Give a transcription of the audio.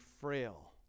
frail